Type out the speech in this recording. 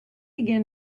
again